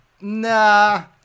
nah